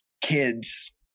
kids